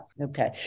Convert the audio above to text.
Okay